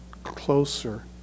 closer